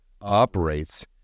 operates